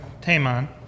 Taman